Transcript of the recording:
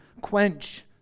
quench